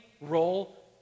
role